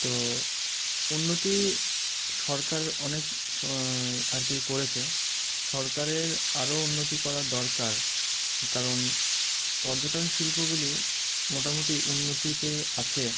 তো উন্নতি সরকার অনেক আর কি করেছে সরকারের আরও উন্নতি করা দরকার কারণ পর্যটন শিল্পগুলি মোটামুটি উন্নতিতে আছে